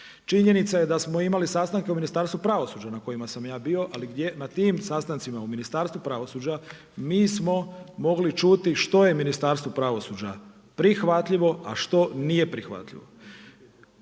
Činjenica je da smo imali sastanke u Ministarstvu pravosuđa na kojima sam ja bio, ali na tim sastancima u Ministarstvu pravosuđa mi smo mogli čuti što je Ministarstvo pravosuđa prihvatljivo, a što nije prihvatljivo.